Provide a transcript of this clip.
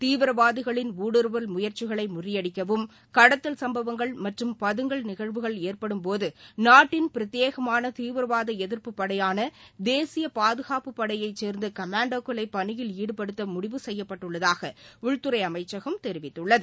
தீவிரவாதிகளின் ஊடுருவல் முயற்சிகளை முறியடிக்கவும் கடத்தல் சம்பவங்கள் மற்றும் பதுங்குதல் நிகழ்வுகள் ஏற்படும்போது நாட்டின் பிரத்யேகமான தீவிரவாத எதிர்ப்புப் படையான தேசிய பாதுணப்புப் படையைச் சுர்ந்த கமாண்டோக்களை பணியில் ஈடுபடுத்த முடிவு செய்யப்பட்டுள்ளதாக உள்துறை அமைச்சகம் தெரிவித்துள்ளது